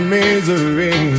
misery